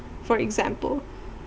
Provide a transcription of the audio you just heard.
for example